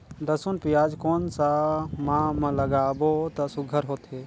लसुन पियाज कोन सा माह म लागाबो त सुघ्घर होथे?